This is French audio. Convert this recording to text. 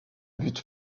but